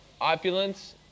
opulence